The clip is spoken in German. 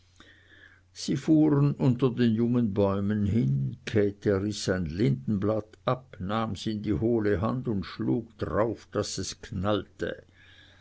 sie fuhren unter den jungen bäumen hin käthe riß ein lindenblatt ab nahm's in die hohle hand und schlug drauf daß es knallte